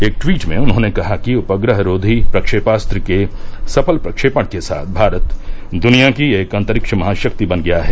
एक ट्वीट में उन्होंने कहा कि उपग्रहरोधी प्रक्षेपास्त्र के सफल प्रक्षेपण के साथ भारत दुनिया की एक अंतरिक्ष महाशक्ति बन गया है